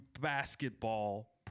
basketball